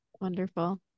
wonderful